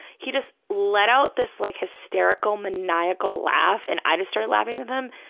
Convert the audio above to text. he just let out this like hysterical, maniacal laugh, and i just started laughing with him,